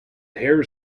hare